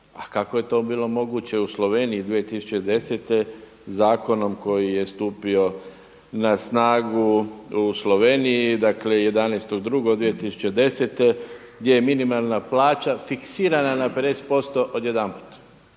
A kako je to bilo moguće u Sloveniji 2010. zakonom koji je stupio na snagu u Sloveniji, dakle 11.2.2010. gdje je minimalna plaća fiksirana na 50% odjedanput